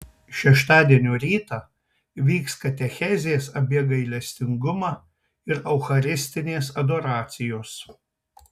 šeštadienio rytą vyks katechezės apie gailestingumą ir eucharistinės adoracijos